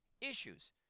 issues